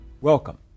Welcome